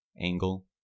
angle